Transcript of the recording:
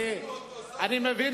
אני מבין